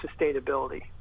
sustainability